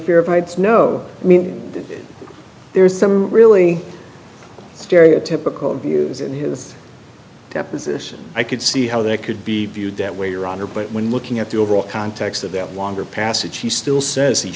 fear of heights no i mean there's some really stereotypical views in his deposition i could see how they could be viewed that way your honor but when looking at the overall context of that longer passage she still says he